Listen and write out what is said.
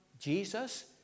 Jesus